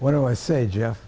what do i say jeff